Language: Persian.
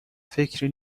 فکری